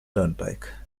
turnpike